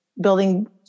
building